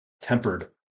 tempered